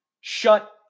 shut